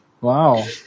Wow